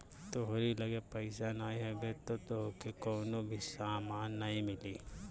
तोहरी लगे पईसा नाइ हवे तअ तोहके कवनो भी सामान नाइ मिली